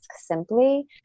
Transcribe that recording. simply